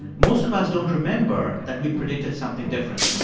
most of us don't remember that we'd predicted something different.